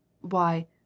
Why